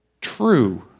true